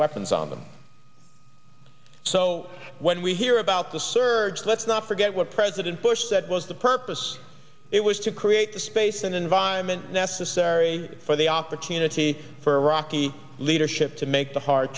weapons on them so when we hear about the surge let's not forget what president bush said was the purpose it was to create the space and environment necessary for the opportunity for iraqi leadership to make the hard